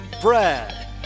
Brad